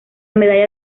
medalla